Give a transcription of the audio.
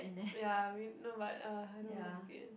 ya I mean no but uh I don't like it